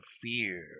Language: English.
fear